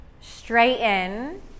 Straighten